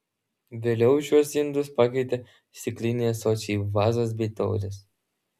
vėliau šiuos indus pakeitė stikliniai ąsočiai vazos bei taurės